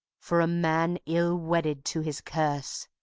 for a man ill-wedded to his curse.